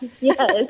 Yes